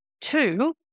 Two